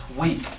week